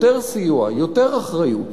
יותר סיוע, יותר אחריות